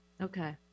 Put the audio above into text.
Okay